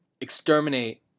Exterminate